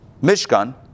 Mishkan